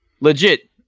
legit